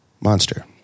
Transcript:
Monster